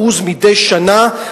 מדי שנה,